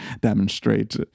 demonstrate